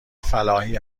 فلاحی